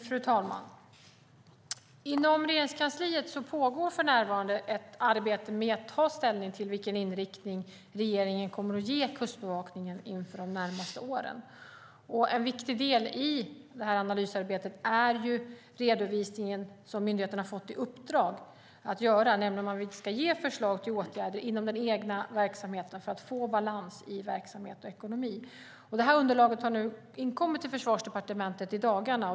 Fru talman! Inom Regeringskansliet pågår för närvarande ett arbete med att ta ställning till vilken inriktning regeringen kommer att ge Kustbevakningen inför de närmaste åren. En viktig del i analysarbetet är den redovisning som myndigheten har fått i uppdrag att göra, där man ska ge förslag till åtgärder inom den egna verksamheten för att få balans i verksamhet och ekonomi. Det här underlaget har inkommit till Försvarsdepartementet i dagarna.